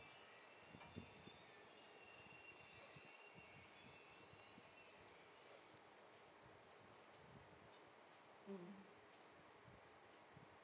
mm